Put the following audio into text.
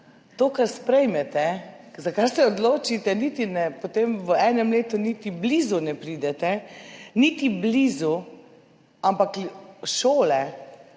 to, kar sprejmete, za kar se odločite, potem v enem letu niti blizu ne pridete, niti blizu, ampak šole,